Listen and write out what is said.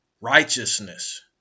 righteousness